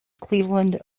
cleveland